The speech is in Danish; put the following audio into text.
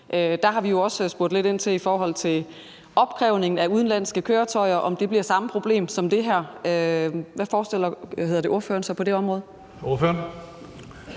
Der har vi også spurgt lidt ind til, om det med opkrævning fra udenlandske køretøjer bliver samme problem som det her. Hvad forestiller ordføreren sig på det område? Kl.